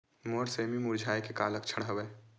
मोर सेमी मुरझाये के का लक्षण हवय?